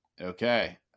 Okay